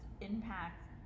impact